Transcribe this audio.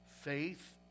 Faith